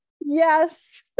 yes